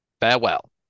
farewell